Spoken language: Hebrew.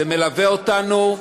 זה מלווה אותנו.